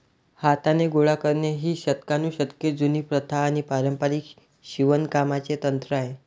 हाताने गोळा करणे ही शतकानुशतके जुनी प्रथा आणि पारंपारिक शिवणकामाचे तंत्र आहे